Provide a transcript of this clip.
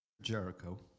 Jericho